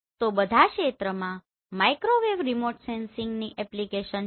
તો બધા ક્ષેત્રમાં માઇક્રોવેવ રિમોટ સેન્સિંગની એપ્લિકેશન છે